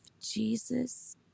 Jesus